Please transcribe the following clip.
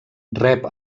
rep